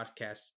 podcast